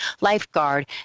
lifeguard